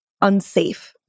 unsafe